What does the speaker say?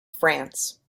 france